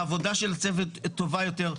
העבודה של הצוות טובה יותר,